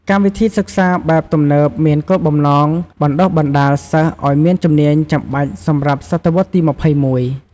កម្មវិធីសិក្សាបែបទំនើបមានគោលបំណងបណ្ដុះបណ្ដាលសិស្សឲ្យមានជំនាញចាំបាច់សម្រាប់សតវត្សរ៍ទី២១។